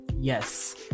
yes